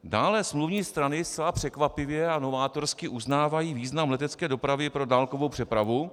Dále smluvní strany zcela překvapivě a novátorsky uznávají význam letecké dopravy pro dálkovou přepravu.